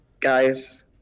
Guys